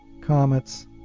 comets